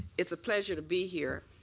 it's a pleasure to be here.